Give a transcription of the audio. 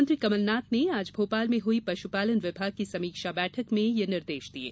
मुख्यमंत्री कमलनाथ ने आज भोपाल में हुई पशुपालन विभाग की समीक्षा बैठक में यह निर्देश दिये